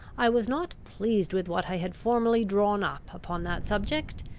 i was not pleased with what i had formerly drawn up upon that subject,